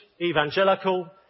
evangelical